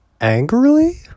angrily